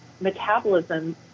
metabolism